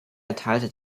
erteilte